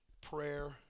prayer